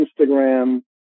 instagram